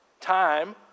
time